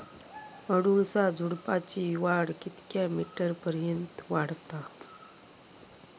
अडुळसा झुडूपाची वाढ कितक्या मीटर पर्यंत वाढता?